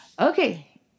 Okay